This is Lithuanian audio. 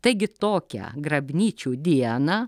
taigi tokią grabnyčių dieną